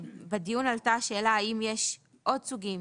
ובדיון עלתה השאלה האם יש עוד סוגים